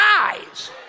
eyes